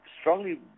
strongly